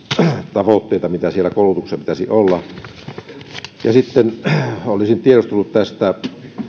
tavoitteita mitä siellä koulutuksessa pitäisi olla sitten olisin tiedustellut tästä